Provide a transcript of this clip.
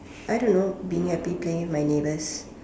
I don't know being happy playing with my neighbors